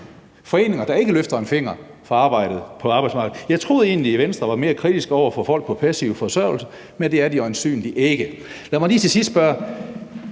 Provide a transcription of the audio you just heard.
foreninger, der ikke løfter en finger for arbejdet på arbejdsmarkedet? Jeg troede egentlig, at Venstre var mere kritiske over for folk på passiv forsørgelse, men det er de øjensynlig ikke. Lad mig lige til sidst spørge: